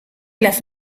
las